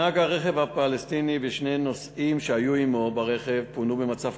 נהג הרכב הפלסטיני ושני נוסעים שהיו עמו ברכב פונו במצב